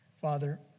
Father